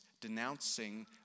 denouncing